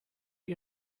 you